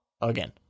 again